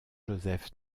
joseph